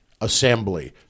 assembly